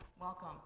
Welcome